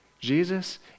Jesus